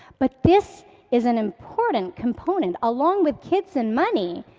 but this is an important component, along with kids and money.